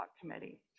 committee